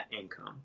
income